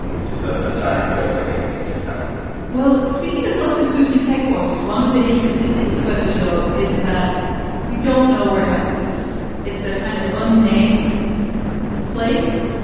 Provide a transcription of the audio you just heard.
um which is ah a giant building in in midtown well, speaking of phyllis spookies headquarters, one of the interesting things about the show is that we don't know where it happens. it's it's a kind of unnamed place.